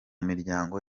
miryango